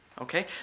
Okay